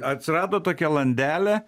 atsirado tokia lazdelė